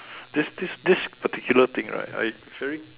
this this this particular thing right I very